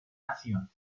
nación